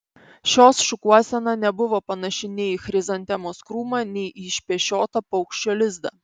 šios šukuosena nebuvo panaši nei į chrizantemos krūmą nei į išpešiotą paukščio lizdą